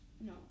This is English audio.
no